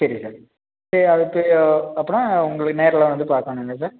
சரி சார் சரி அடுத்து அப்னா உங்களை நேரில் வந்து பார்க்கணும் இல்லை சார்